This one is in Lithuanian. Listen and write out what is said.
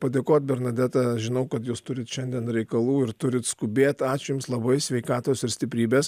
padėkot bernadeta žinau kad jūs turit šiandien reikalų ir turit skubėt ačiū jums labai sveikatos ir stiprybės